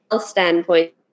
standpoint